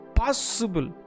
possible